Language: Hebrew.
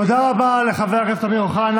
תודה רבה לחבר הכנסת אמיר אוחנה.